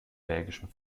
belgischen